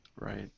Right